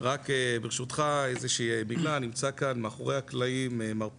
רק ברשותך, נמצא כאן מאחרי הקלעים מר פסח,